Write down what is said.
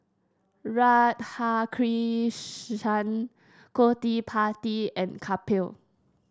Radhakrishnan Gottipati and Kapil